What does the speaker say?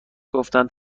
گفتم